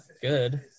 Good